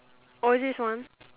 orh is this one